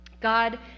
God